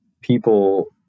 people